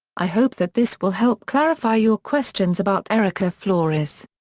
i hope that this will help clarify your questions about erika flores.